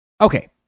Okay